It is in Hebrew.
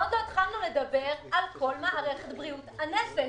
ועוד לא התחלנו לדבר על כל מערכת בריאות הנפש.